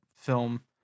film